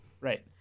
Right